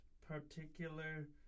particular